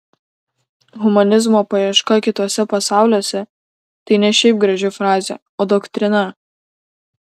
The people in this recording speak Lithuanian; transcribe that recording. humanizmo paieška kituose pasauliuose tai ne šiaip graži frazė o doktrina